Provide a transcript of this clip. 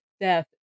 death